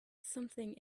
something